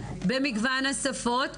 במגוון השפות,